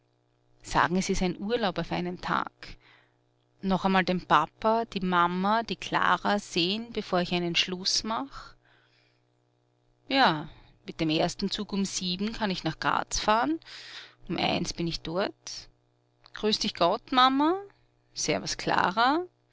sagen es ist ein urlaub auf einen tag noch einmal den papa die mama die klara seh'n bevor ich einen schluß mach ja mit dem ersten zug um sieben kann ich nach graz fahren um eins bin ich dort grüß dich gott mama servus klara